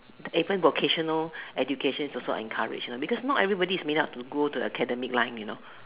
even vocational education is also encouraged you know because not everyone is made up to go the academic line you know